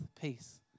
peace